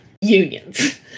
unions